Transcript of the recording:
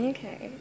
Okay